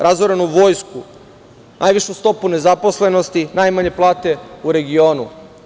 Razorenu vojsku, najvišu stopu nezaposlenosti, najmanje plate u regionu.